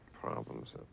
Problems